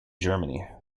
germany